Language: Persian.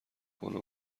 کنه